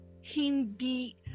hindi